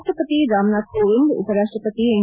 ರಾಷ್ಟಪತಿ ರಾಮನಾಥ್ ಕೋವಿಂದ್ ಉಪ ರಾಷ್ಟಪತಿ ಎಂ